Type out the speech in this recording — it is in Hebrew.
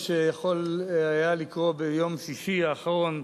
ואפשר היה לקרוא על כך ביום שישי האחרון,